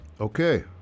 Okay